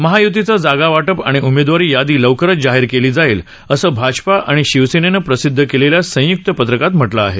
महायुतीचं जागावाटप आणि उमेदवार यादी लवकरच जाहीर केली जाईल असं भाजपा आणि शिवसेनेनं प्रसिदध केलेल्या संय्क्त पत्रकात म्हटलं आहे